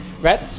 right